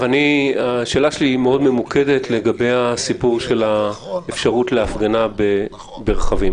השאלה שלי מאוד ממוקדת בעניין האפשרות להפגנה ברכבים.